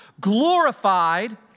glorified